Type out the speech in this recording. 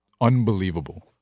unbelievable